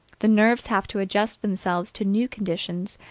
the nerves have to adjust themselves to new conditions,